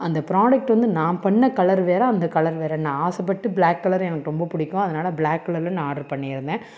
அந்த ப்ராடக்ட் வந்து நான் பண்ண கலர் வேறு அந்த கலர் வேறு நான் ஆசை பட்டு பிளாக் கலர் எனக்கு ரொம்ப பிடிக்கும் அதனால பிளாக் கலரில் நான் ஆர்ட்ரு பண்ணிருந்தேன்